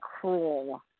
cruel